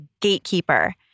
gatekeeper